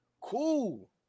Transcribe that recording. Cool